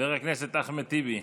חבר הכנסת אחמד טיבי,